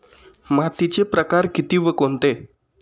मातीचे प्रकार किती व कोणते?